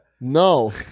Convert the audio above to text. No